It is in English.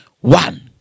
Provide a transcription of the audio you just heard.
One